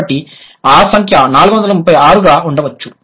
కాబట్టి ఆ సంఖ్య 436 గా ఉండవచ్చు